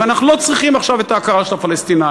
ואנחנו לא צריכים עכשיו את ההכרה של הפלסטינים.